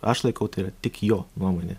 aš laikau tai yra tik jo nuomonė